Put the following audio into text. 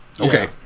Okay